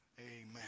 Amen